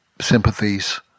sympathies